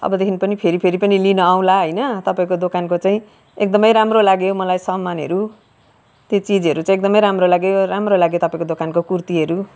अबदेखि पनि फेरि फेरि पनि लिनु आउँला होइन तपाईँको दोकानको चाहिँ एकदम राम्रो लाग्यो मलाई सामानहरू त्यो चिजहरू चाहिँ एकदम राम्रो लाग्यो राम्रो लाग्यो तपाईँको दोकानको कुर्तीहरू